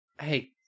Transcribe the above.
Hey